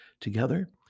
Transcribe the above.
Together